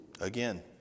again